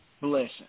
blessing